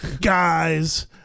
guys